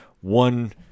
one